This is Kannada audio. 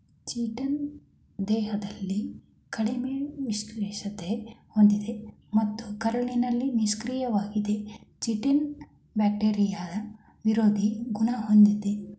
ಚಿಟಿನ್ ದೇಹದಲ್ಲಿ ಕಡಿಮೆ ವಿಷತ್ವ ಹೊಂದಿದೆ ಮತ್ತು ಕರುಳಲ್ಲಿ ನಿಷ್ಕ್ರಿಯವಾಗಿದೆ ಚಿಟಿನ್ ಬ್ಯಾಕ್ಟೀರಿಯಾ ವಿರೋಧಿ ಗುಣ ಹೊಂದಿದೆ